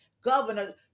governor